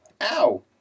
Ow